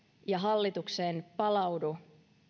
ja hallitukseen palaudu